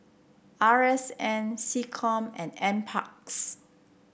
R S N SecCom and NParks